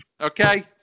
okay